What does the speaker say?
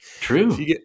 True